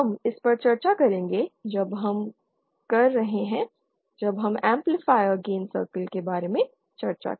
हम इस पर चर्चा करेंगे जब हम कर रहे हैं जब हम एम्पलीफायर गेन सर्किल के बारे में चर्चा की